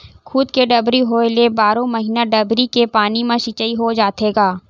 खुद के डबरी होए ले बारो महिना डबरी के पानी म सिचई हो जाथे गा